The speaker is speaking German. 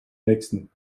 nächsten